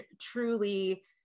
truly